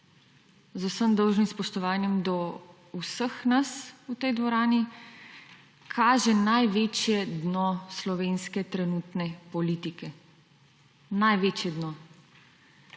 z vsem dolžnim spoštovanjem do vseh nas v tej dvorani, kaže največje dno slovenske trenutne politike. Največje dno.